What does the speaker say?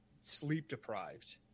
sleep-deprived